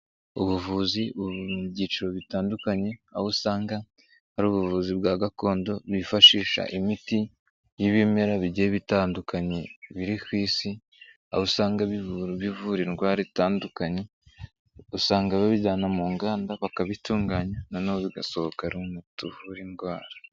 Ubuvuzi buri mu byiciro bitandukanye aho usanga hari ubuvuzi bwa gakondo bifashisha imiti y'ibimera bigiye bitandukanye biri ku Isi, aho usanga bivura indwara zitandukanye , usanga babijyana mu Inganda bakabitunganya na none bigasohoka bituvura indwara.